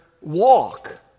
walk